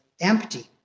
empty